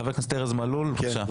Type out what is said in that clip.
חבר הכנסת ארז מלול, בבקשה.